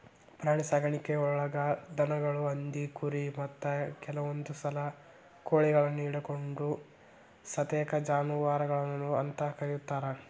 ಪ್ರಾಣಿಸಾಕಾಣಿಕೆಯೊಳಗ ದನಗಳು, ಹಂದಿ, ಕುರಿ, ಮತ್ತ ಕೆಲವಂದುಸಲ ಕೋಳಿಗಳನ್ನು ಹಿಡಕೊಂಡ ಸತೇಕ ಜಾನುವಾರಗಳು ಅಂತ ಕರೇತಾರ